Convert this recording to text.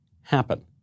happen